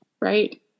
right